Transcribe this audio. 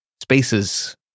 spaces